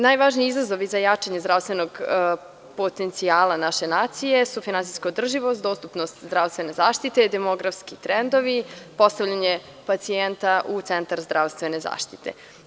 Najvažniji izazovi za jačanje zdravstvenog potencijala naše nacije su: finansijska održivost, dostupnost zdravstvene zaštite, demografski trendovi, postavljanje pacijenta u centar zdravstvene zaštite.